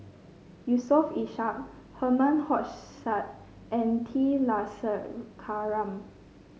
Yusof Ishak Herman Hochstadt and T Kulasekaram